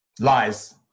Lies